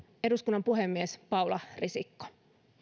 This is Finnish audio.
eduskunnan puhemies paula risikko